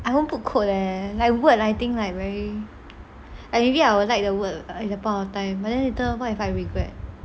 I won't put quote leh like word I think like very like maybe I would like the word at the point of time but then later what if I regret